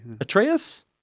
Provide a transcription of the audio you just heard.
Atreus